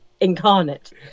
incarnate